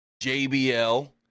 JBL